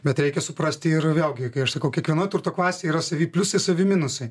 bet reikia suprasti ir vėlgi kai aš sakau kiekvienoj turto klasėj yra savi pliusai savi minusai